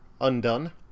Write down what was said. undone